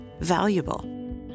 valuable